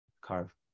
carve